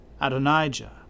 Adonijah